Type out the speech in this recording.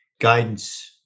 guidance